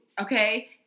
okay